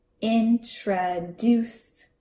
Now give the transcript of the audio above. introduce